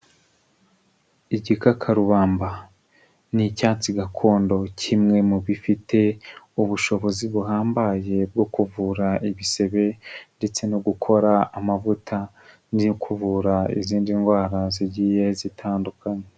Igikakarubamba ni icyatsi gakondo kimwe mu bifite ubushobozi buhambaye bwo kuvura ibisebe ndetse no gukora amavuta. No kuvura izindi ndwara zigiye zitandukanye.